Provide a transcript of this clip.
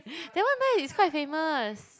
that one nice is quite famous